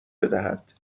بدهد